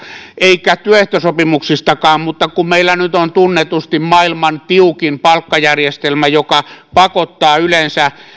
eikä työehtosopimuksistakaan mutta kun meillä nyt on tunnetusti maailman tiukin palkkajärjestelmä joka pakottaa yleensä ainakin